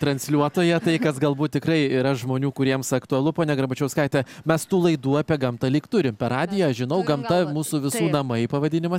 transliuotoją tai kas galbūt tikrai yra žmonių kuriems aktualu ponia garbačiauskaite mestų laidų apie gamtą lyg turim per radiją žinau gamta mūsų visų namai pavadinimas